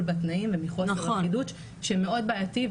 בתנאים ובחוסר אחידות שמאוד בעייתי,